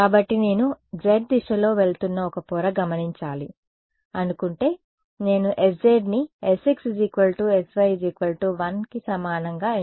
కాబట్టి నేను z దిశలో వెళుతున్న ఒక పొర గమనించాలి అనుకుంటే నేను sz ని sx sy 1 సమానంగా ఎంచుకున్నాను